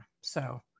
so-